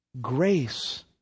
Grace